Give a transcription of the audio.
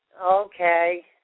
okay